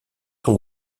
sont